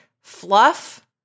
fluff